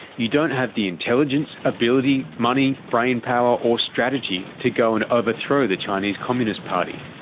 you don't have the intelligence, ability, money, brainpower or strategy to go and overthrow the chinese communist party.